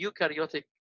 eukaryotic